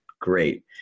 great